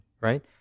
right